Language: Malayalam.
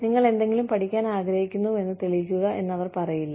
നിങ്ങൾ എന്തെങ്കിലും പഠിക്കാൻ ആഗ്രഹിക്കുന്നുവെന്ന് തെളിയിക്കുക എന്ന് അവർ പറയില്ല